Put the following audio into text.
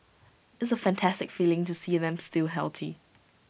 it's A fantastic feeling to see them still healthy